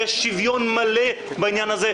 יש שוויון מלא בעניין הזה.